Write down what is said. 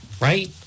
right